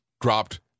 dropped